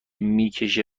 میکشه